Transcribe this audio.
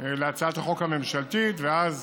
להצעת החוק הממשלתית, ואז,